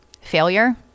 failure